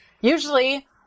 usually